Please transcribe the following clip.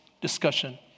discussion